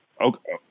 Okay